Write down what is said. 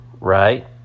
right